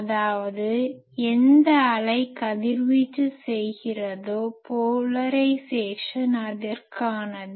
அதாவது எந்த அலை கதிர்வீச்சு செய்கிறதோ போலரைஸேசன் அதற்கானது